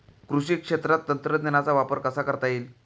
कृषी क्षेत्रात तंत्रज्ञानाचा वापर कसा करता येईल?